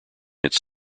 its